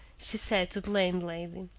she said to the landlady.